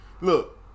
Look